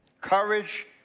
Courage